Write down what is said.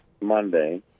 Monday